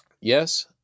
Yes